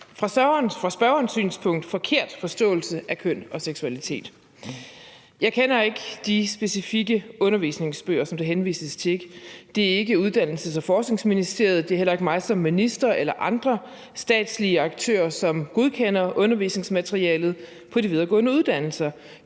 fra spørgerens synspunkt forkert forståelse af køn og seksualitet. Jeg kender ikke de specifikke undervisningsbøger, som der henvises til. Det er ikke Uddannelses- og Forskningsministeriet, og det er heller ikke mig som minister eller andre statslige aktører, som godkender undervisningsmaterialet på de videregående uddannelser.